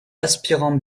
aspirant